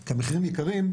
כי המחירים יקרים,